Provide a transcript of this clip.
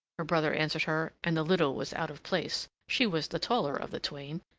her brother answered her and the little was out of place she was the taller of the twain.